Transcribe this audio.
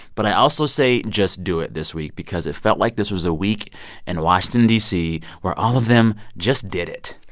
but i also say just do it this week because it felt like this was a week in washington, d c, where all of them just did it